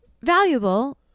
valuable